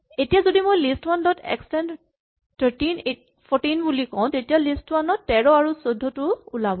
এতিয়া যদি মই লিষ্ট ৱান ডট এক্সটেন্ড ১৩ ১৪ বুলি কওঁ তেতিয়া লিষ্ট ৱান ত ১৩ আৰু ১৪ টোও ওলাব